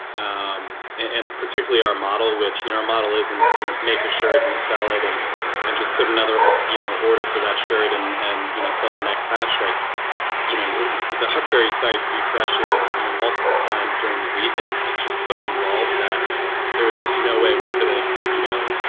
um and particularly our model which you know our model isn't you know make a shirt and sell it and and just put another you know order for that shirt and and you know sell the next batch like you know the huckberry site refreshes you know multiple times during the week and it's just so involved that there is just no way we could have you know